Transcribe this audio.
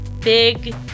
big